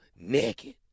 Naked